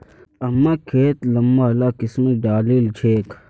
अम्मा खिरत लंबा ला किशमिश डालिल छेक